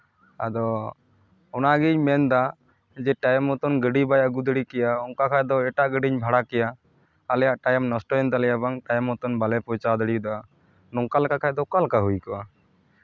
ᱟᱫᱚ ᱚᱱᱟᱜᱤᱧ ᱢᱮᱱᱫᱟ ᱡᱮ ᱴᱟᱭᱤᱢ ᱢᱚᱛᱚᱱ ᱜᱟᱹᱰᱤ ᱵᱟᱭ ᱟᱹᱜᱩ ᱫᱟᱲᱮ ᱠᱮᱭᱟ ᱚᱱᱠᱟ ᱠᱷᱟᱡ ᱫᱚ ᱮᱴᱟᱜ ᱜᱟᱹᱰᱤᱧ ᱵᱷᱟᱲᱟ ᱠᱮᱭᱟ ᱟᱞᱮᱭᱟᱜ ᱴᱟᱭᱤᱢ ᱱᱚᱥᱴᱚᱭᱮᱱ ᱛᱟᱞᱮᱭᱟ ᱵᱟᱝ ᱴᱟᱭᱤᱢ ᱢᱚᱛᱚᱱ ᱵᱟᱞᱮ ᱯᱳᱸᱪᱷᱟᱣ ᱫᱟᱲᱮᱭᱟᱫᱟ ᱱᱚᱝᱠᱟ ᱞᱮᱠᱟ ᱠᱷᱟᱡ ᱫᱚ ᱚᱠᱟ ᱞᱮᱠᱟ ᱦᱩᱭ ᱠᱚᱜᱼᱟ